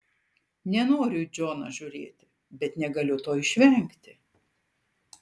nenoriu į džoną žiūrėti bet negaliu to išvengti